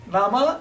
Nama